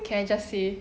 can I just say